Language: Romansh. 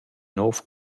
nouv